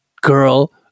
girl